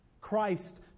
Christ